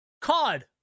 COD